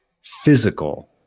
physical